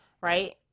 right